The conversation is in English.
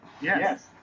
Yes